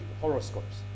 horoscopes